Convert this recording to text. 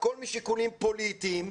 הכול משיקולים פוליטיים.